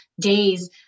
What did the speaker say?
days